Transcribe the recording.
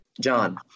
John